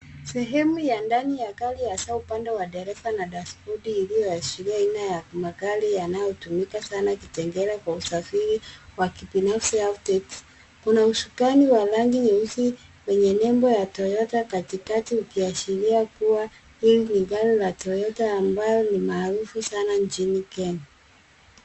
Sehemu ya ndani ya gari hasa upande wa dereva na dashibodi, iliyoashiria aina ya magari yanayotumika sana Kitengela kwa usafiri wa kibinafsi au teksi. Kuna usukani wa rangi nyeusi wenye nembo ya Toyota katikati, ukiashiria kuwa hili ni gari la Toyota ambalo ni maaruf sana nchini Kenya.